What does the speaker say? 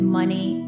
money